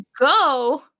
go